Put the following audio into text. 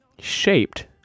shaped